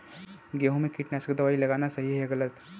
गेहूँ में कीटनाशक दबाई लगाना सही है या गलत?